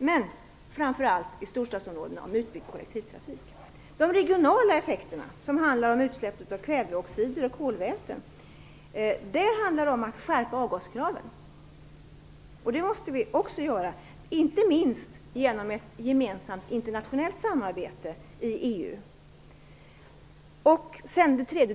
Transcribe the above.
det är, framför allt i storstadsområdena, en fråga om en utbyggnad av kollektivtrafiken. De regionala effekterna handlar om utsläpp av kväveoxider och kolväten. Där är det fråga om en skärpning av avgaskraven. Detta måste ske inte minst genom ett internationellt samarbete inom EU.